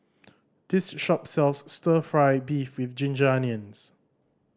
this shop sells Stir Fry beef with ginger onions